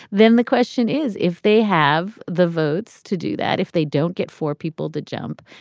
then the question is, if they have the votes to do that, if they don't get four people to jump.